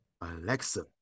Alexa